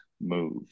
move